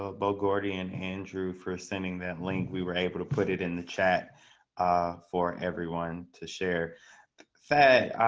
ah bo guardian andrew for sending that link, we were able to put it in the chat ah for everyone to share fed